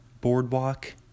boardwalk